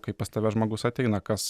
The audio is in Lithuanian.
kai pas tave žmogus ateina kas